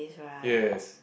yes